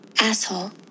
Asshole